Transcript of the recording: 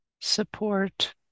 support